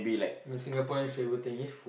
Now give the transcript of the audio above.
the Singaporean favourite thing is